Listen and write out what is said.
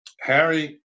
Harry